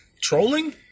trolling